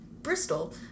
bristol